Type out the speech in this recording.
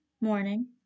morning